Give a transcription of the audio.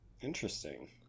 interesting